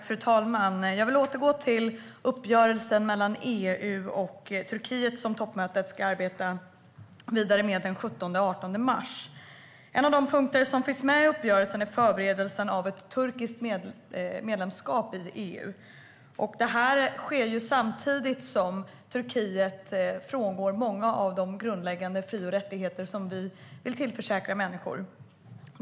Fru talman! Jag vill återgå till den uppgörelse mellan EU och Turkiet som toppmötet ska arbeta vidare med den 17 och 18 mars. En av de punkter som finns med i uppgörelsen är förberedelsen av ett turkiskt medlemskap i EU. Detta sker samtidigt som Turkiet frångår många av de grundläggande fri och rättigheter vi vill tillförsäkra människor.